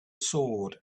sword